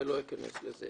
ולא אכנס לזה.